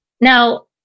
Now